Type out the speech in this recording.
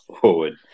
forward